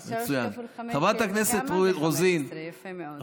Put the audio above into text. אז 3 כפול 5, אתה יודע מה, זה 15. יפה מאוד.